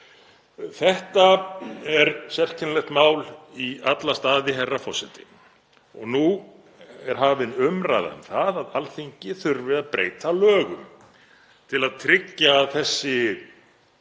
Þetta er sérkennilegt mál í alla staði, herra forseti, og nú er hafin umræða um það að Alþingi þurfi að breyta lögum til að tryggja að þessi